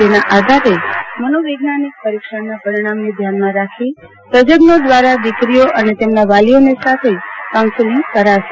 જેના આધાર મનોવિજ્ઞાનિક પરિક્ષણના પરિણામ ધ્યાનમાં રાખી તજજ્ઞો દવારા દિકરીઓ અને તેમના વાલીઓને સાથે કાઉન્સેલીંગ કરાશે